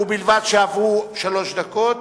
ובלבד שעברו שלוש דקות,